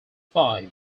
five